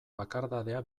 bakardadea